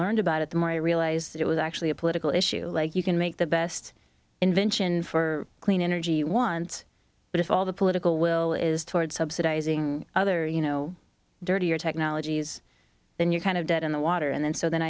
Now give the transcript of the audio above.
learned about it the more i realized that it was actually a political issue like you can make the best invention for clean energy once but if all the political will is toward subsidizing other you know dirtier technologies then you're kind of dead in the water and then so then